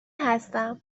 هستم